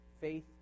Faith